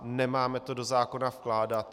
Nemáme to do zákona vkládat.